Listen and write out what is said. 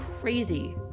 crazy